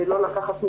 כדי לא לקחת מזמנכם,